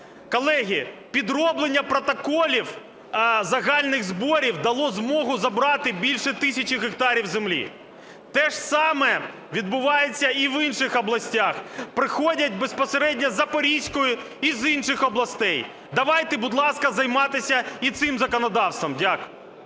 Колеги, підроблення протоколі загальних зборів дало змогу забрати більше тисячі гектарів землі. Те ж саме відбувається і в інших областях, приходять безпосередньо із Запорізької, і з інших областей. Давайте, будь ласка, займатися і цим законодавством. Дякую.